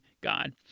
God